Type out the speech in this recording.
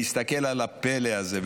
להסתכל על הפלא הזה.